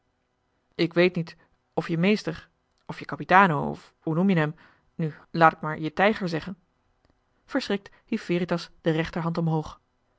ik weet niet of je meester of je capitano hoe noem je hem nu laat ik maar je tijger zeggen verschrikt hief veritas de rechterhand omhoog